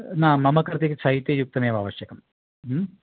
न मम कृते शैत्ययुक्तमेव आवश्यकं